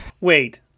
Wait